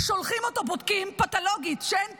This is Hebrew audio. שולחים אותו, בודקים פתולוגית שאין פציעה.